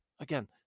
Again